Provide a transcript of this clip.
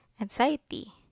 anxiety